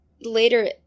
later